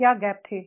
क्या गैप थे